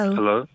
Hello